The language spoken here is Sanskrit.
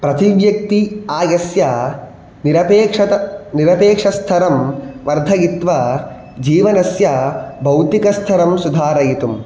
प्रतिव्यक्ति आयस्य निरपेक्ष निरपेक्षतरं वर्धयित्वा जीवनस्य भौतिकस्तरं सुधारयितुं